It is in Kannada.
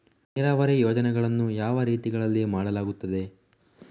ನೀರಾವರಿ ಯೋಜನೆಗಳನ್ನು ಯಾವ ರೀತಿಗಳಲ್ಲಿ ಮಾಡಲಾಗುತ್ತದೆ?